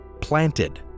planted